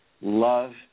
love